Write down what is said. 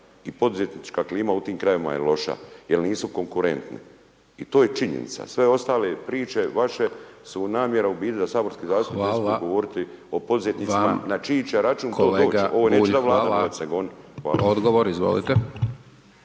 i poduzetnička klima u tim krajevima je loša, jer nisu konkurentni. I to je činjenica, sve ostale priče vaše su namjera u biti da saborski zastupnici ne smiju govoriti o poduzetnicima na čiji će račun to dođi, ovo neće na Vladu .../Govornik se